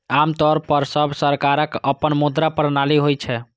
आम तौर पर सब सरकारक अपन मुद्रा प्रणाली होइ छै